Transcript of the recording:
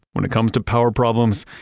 when it comes to power problems,